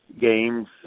games